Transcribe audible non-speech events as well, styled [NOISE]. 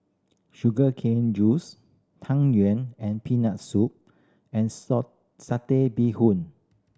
sugar cane juice Tang Yuen and Peanut Soup and [UNINTELLIGIBLE] Satay Bee Hoon